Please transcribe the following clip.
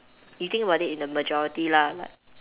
you think about it in the majority lah like